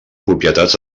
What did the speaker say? propietats